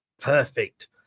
Perfect